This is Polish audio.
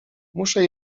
muszę